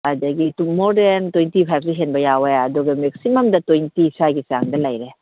ꯑꯗꯨꯗꯒꯤ more than twenty ꯐꯥꯏꯞꯁꯨ ꯍꯦꯟꯕ ꯌꯥꯎꯏ ꯑꯗꯨꯒ ꯃꯦꯛꯁꯤꯃꯝꯗ ꯇ꯭ꯋꯦꯟꯇꯤ ꯁ꯭ꯋꯥꯏꯒꯤ ꯆꯥꯡꯗ ꯂꯩꯔꯦ